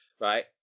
Right